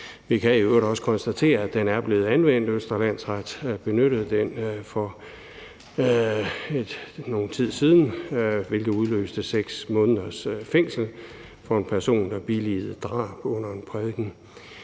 Vi kan i øvrigt også konstatere, at den er blevet anvendt. Østre Landsret benyttede den for nogen tid siden, hvilket udløste 6 måneders fængsel til en person, der billigede drab under en prædiken.